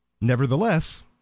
Nevertheless